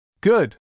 Good